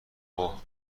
اوه